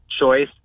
choice